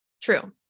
true